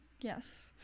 yes